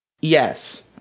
Yes